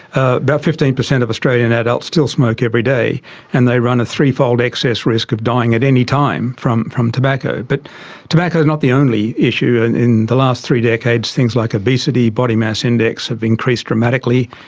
ah about fifteen percent of australian adults still smoke every day and they run a threefold excess risk of dying at any time from from tobacco. but tobacco is not the only issue. and in the last three decades things like obesity, body mass index have increased dramatically.